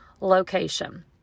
location